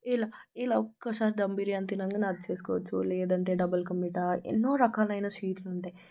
ఇలా ఇలా ఒక్కసారి ధమ్ బిర్యానీ తినంగానే అది చేసుకోవచ్చు లేదంటే డబల్కామీట ఎన్నో రకాలైన స్వీట్లు ఉంటాయి